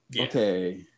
okay